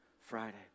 Friday